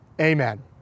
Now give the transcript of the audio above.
Amen